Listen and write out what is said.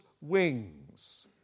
wings